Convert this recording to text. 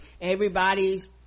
everybody's